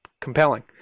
compelling